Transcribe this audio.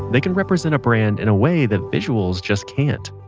they can represent a brand in a way that visuals just can't.